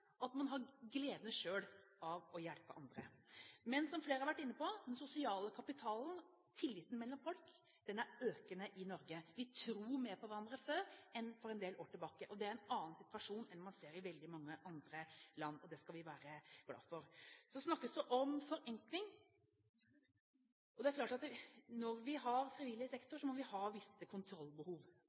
hjertet, og man har glede selv av å hjelpe andre. Som flere har vært inne på, er den sosiale kapitalen, tilliten mellom folk, økende i Norge. Vi tror mer på hverandre nå enn for en del år tilbake. Det er en annen situasjon enn man ser i veldig mange andre land, og det skal vi være glad for. Så snakkes det om forenkling. Det er klart at når vi har frivillig sektor, har vi visse kontrollbehov.